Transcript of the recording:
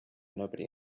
nobody